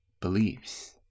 beliefs